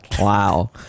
Wow